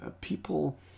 people